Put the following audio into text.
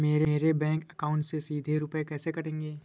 मेरे bank account से सीधे रुपए कैसे कटेंगे?